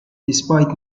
despite